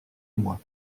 moi